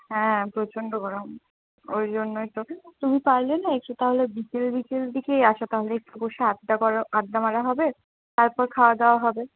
হ্যাঁ প্রচণ্ড গরম ওই জন্যই তো তুমি পারলে না এসো তাহলে বিকেল বিকেল দিকে আসো তাহলে একটু বসে আড্ডা করা আড্ডা মারা হবে তারপর খাওয়া দাওয়া হবে